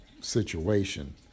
situation